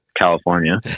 california